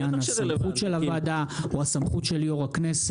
הסמכות של הוועדה או הסמכות של יושב ראש הכנסת.